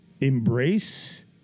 embrace